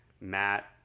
Matt